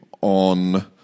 on